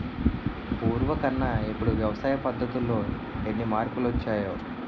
పూర్వకన్నా ఇప్పుడు వ్యవసాయ పద్ధతుల్లో ఎన్ని మార్పులొచ్చాయో